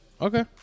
Okay